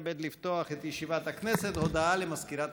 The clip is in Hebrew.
ירושלים, הכנסת,